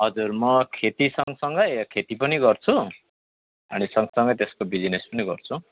हजुर म खेती सँगसँगै खेती पनि गर्छु अनि सँगसँगै त्यसको बिजनेस पनि गर्छु